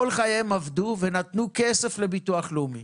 כל חייהם עבדו ונתנו כסף לביטוח לאומי,